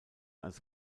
als